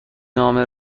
نامه